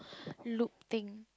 loop thing